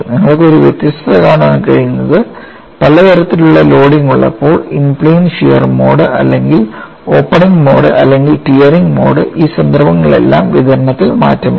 നിങ്ങൾക്ക് ഒരു വ്യത്യസ്ത കാണാൻ കഴിയുന്നത് പല തരത്തിലുള്ള ലോഡിംഗ് ഉള്ളപ്പോൾ ഇൻ പ്ലെയിൻ ഷിയർ മോഡ് അല്ലെങ്കിൽ ഓപ്പണിംഗ് മോഡ് അല്ലെങ്കിൽ ടിയറിംഗ് മോഡ് ഈ സന്ദർഭങ്ങളിലെല്ലാം വിതരണത്തിൽ മാറ്റമില്ല